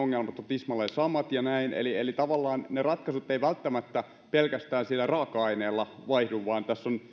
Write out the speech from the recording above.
tismalleen samat eli eli tavallaan ne ratkaisut eivät välttämättä pelkästään sitä raaka ainetta vaihtamalla löydy vaan